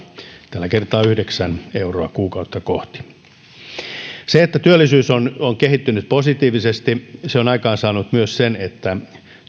tällä kertaa yhdeksän euroa kuukautta kohti se että työllisyys on kehittynyt positiivisesti on aikaansaanut myös sen että